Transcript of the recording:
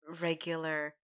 regular